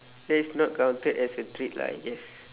that is not counted as a treat lah I guess